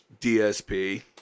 DSP